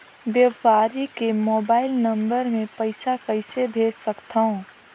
व्यापारी के mobile number मे पईसा कइसे भेज सकथव?